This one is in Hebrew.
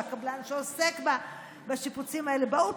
מהקבלן שעוסק בשיפוצים האלה: בואו,